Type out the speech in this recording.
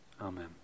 Amen